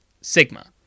Sigma